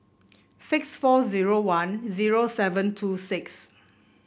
six four zero one zero seven two six